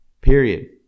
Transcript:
Period